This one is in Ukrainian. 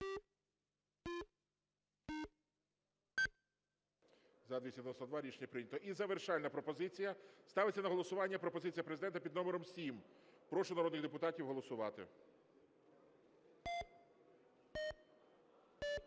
За-292 І завершальна пропозиція. Ставиться на голосування пропозиція Президента під номером 7. Прошу народних депутатів голосувати.